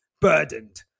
burdened